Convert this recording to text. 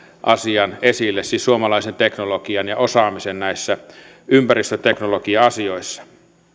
asian esille siis suomalaisen teknologian ja osaamisen näissä ympäristöteknologia asioissa